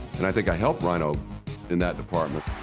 and i think i helped ryno in that department.